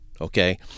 Okay